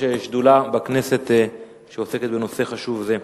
שדולה בכנסת שעוסקת בנושא חשוב זה.